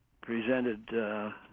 presented